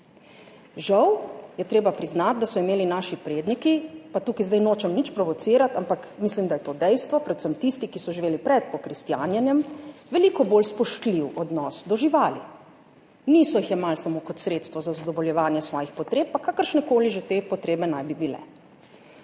Žal je treba priznati, da so imeli naši predniki, pa tukaj zdaj nočem nič provocirati, ampak mislim, da je to dejstvo, predvsem tisti, ki so živeli pred pokristjanjenjem, veliko bolj spoštljiv odnos do živali, niso jih jemali samo kot sredstvo za zadovoljevanje svojih potreb, pa kakršnekoli že te potrebe naj bi bile.